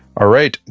all right,